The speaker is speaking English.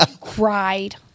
cried